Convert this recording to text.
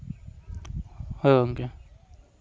ᱦᱳᱭ ᱜᱚᱢᱠᱮ